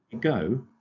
go